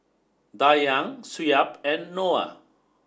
Dayang Shuib and Noah